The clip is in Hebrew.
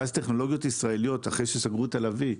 ואז טכנולוגיות ישראליות, אחרי שסגרו את הלביא,